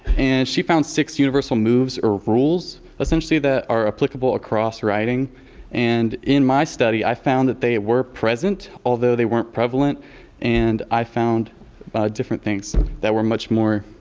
and she found six universal moves or rules essentially that are applicable across writing and in my study, i found that they were present although they weren't prevalent and i found different things that were much more